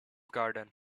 garden